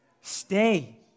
Stay